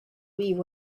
leave